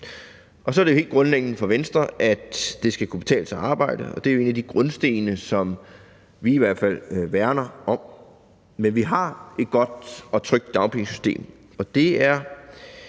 Så er det helt grundlæggende for Venstre, at det skal kunne betale sig at arbejde, og det er jo en af de grundsten, som vi i hvert fald værner om. Men vi har et godt og trygt dagpengesystem, og det er